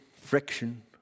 friction